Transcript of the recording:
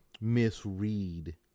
misread